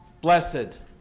blessed